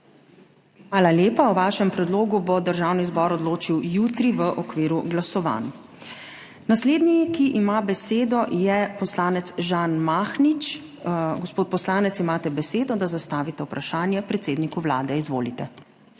Hvala lepa. O vašem predlogu bo Državni zbor odločil jutri v okviru glasovanj. Naslednji, ki ima besedo, je poslanec Žan Mahnič. Gospod poslanec, imate besedo, da zastavite vprašanje predsedniku Vlade, izvolite.